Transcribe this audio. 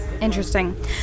interesting